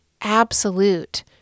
absolute